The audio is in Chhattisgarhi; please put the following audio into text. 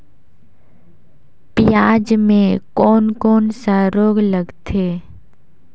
पियाज मे कोन कोन सा रोग लगथे?